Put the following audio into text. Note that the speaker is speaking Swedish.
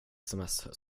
sms